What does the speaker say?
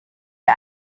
der